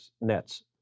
Nets